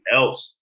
else